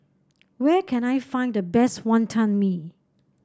where can I find the best Wantan Mee